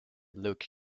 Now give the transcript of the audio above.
luke